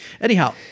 Anyhow